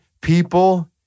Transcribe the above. people